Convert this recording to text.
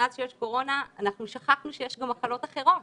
מאז שיש קורונה אנחנו שכחנו שיש גם מחלות אחרות.